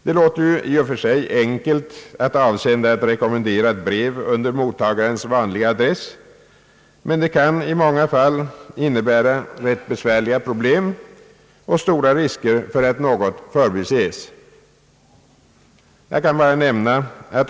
Det låter ju i och för sig enkelt att avsända ett rekommenderat brev under mottagarens vanliga adress, men det kan i många fall innebära rätt besvärliga problem och stora risker för att något förbises.